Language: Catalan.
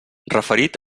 referit